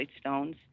stones